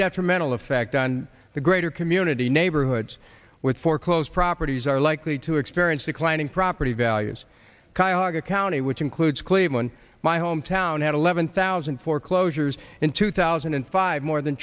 detrimental effect on the greater community neighborhoods with foreclosed properties are likely to experience declining property values kaga county which includes cleveland my home town had eleven thousand foreclosures in two thousand and five more than